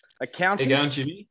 Accountant